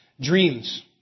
Dreams